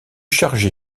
chargé